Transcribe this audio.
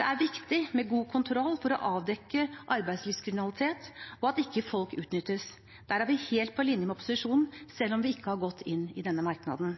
Det er viktig med god kontroll for å avdekke arbeidslivskriminalitet og at folk ikke utnyttes. Der er vi helt på linje med opposisjonen, selv om vi ikke har gått inn i denne